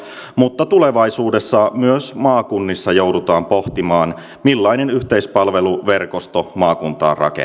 mutta tulevaisuudessa myös maakunnissa joudutaan pohtimaan millainen yhteispalveluverkosto maakuntaan rakennetaan